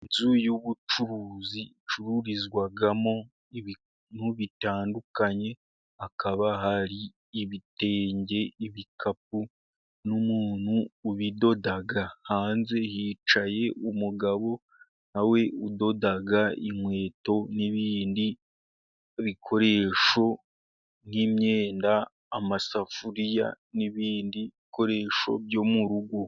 Inzu y'ubucuruzi icururizwamo ibintu bitandukanye, hakaba hari ibitenge, ibikapu n'umuntu ubidodaga. hanze hicaye umugabo na we udoda inkweto n'ibindi bikoresho nk'imyenda, amasafuriya, n'ibindi bikoresho byo mu rugo.